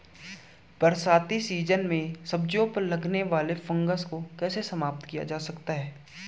बरसाती सीजन में सब्जियों पर लगने वाले फंगस को कैसे समाप्त किया जाए?